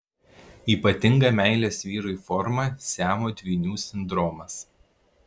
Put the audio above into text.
ypatinga meilės vyrui forma siamo dvynių sindromas